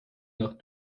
nach